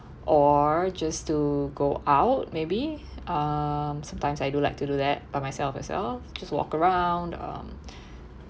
or just to go out maybe um sometimes I do like to do that by myself as well just walk around um